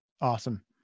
Awesome